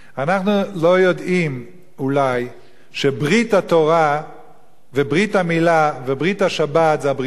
אנחנו לא יודעים אולי שברית התורה וברית המילה וברית השבת זה הבריתות,